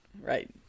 Right